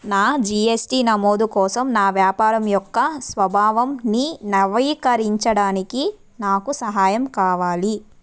నా G S T నమోదు కోసం నా వ్యాపారం యొక్క స్వభావంని నవీకరించడానికి నాకు సహాయం కావాలి